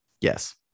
Yes